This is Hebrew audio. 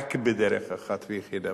רק בדרך אחת ויחידה,